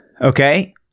Okay